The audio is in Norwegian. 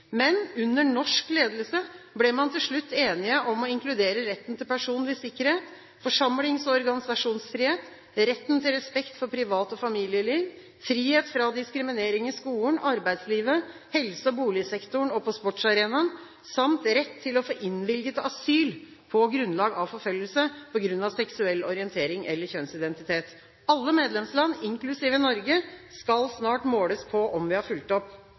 Men under norsk ledelse ble man til slutt enige om å inkludere retten til personlig sikkerhet, forsamlings- og organisasjonsfrihet, retten til respekt for privat- og familieliv, frihet fra diskriminering i skolen, arbeidslivet, helse- og boligsektoren og på sportsarenaen samt rett til å få innvilget asyl på grunnlag av forfølgelse på grunn av seksuell orientering eller kjønnsidentitet. Alle medlemsland, inklusiv Norge, skal snart måles på om vi har fulgt dette opp.